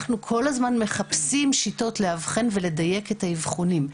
אנחנו כל הזמן מחפשים שיטות לאבחן ולדייק את האבחונים,